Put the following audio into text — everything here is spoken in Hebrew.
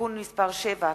(תיקון מס' 7),